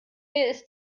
ist